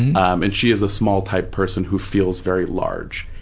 and and she is a small-type person who feels very large,